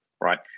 right